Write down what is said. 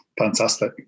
Fantastic